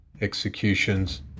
executions